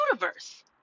universe